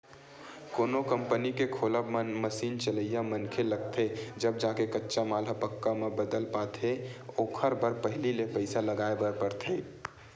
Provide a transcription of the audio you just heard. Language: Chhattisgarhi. कोनो कंपनी के खोलब म मसीन चलइया मनखे लगथे तब जाके कच्चा माल ह पक्का म बदल पाथे ओखर बर पहिली ले पइसा लगाय बर परथे